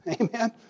Amen